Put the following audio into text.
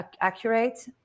accurate